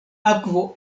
akvo